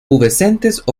pubescentes